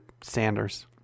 Sanders